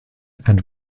and